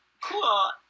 Cool